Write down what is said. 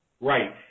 Right